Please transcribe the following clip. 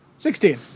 Sixteen